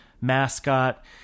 mascot